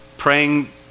Praying